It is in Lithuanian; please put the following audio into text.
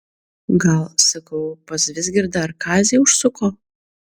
gal sakau pas vizgirdą ar kazį užsuko